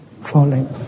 falling